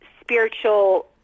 spiritual